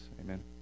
Amen